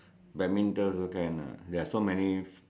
badminton also can lah ya so many